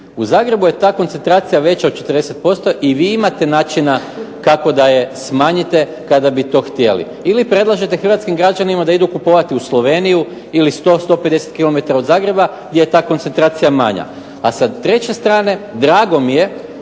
U Zagrebu je ta koncentracija veća od 40% i vi imate načina kako da je smanjite kada bi to htjeli. Ili predlažete hrvatskim građanima da idu kupovati u Sloveniju ili 100, 150 kilometara od Zagreba gdje je ta koncentracija manja. A sa treće strane, drago mi je